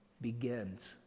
begins